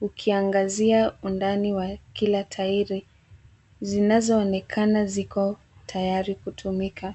ukiangazia undani wa kila tairi zinazoonekana ziko tayari kutumika.